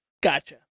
gotcha